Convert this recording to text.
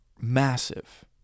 massive